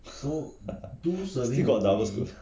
still got double scoop